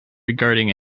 regarding